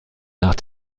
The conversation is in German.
nach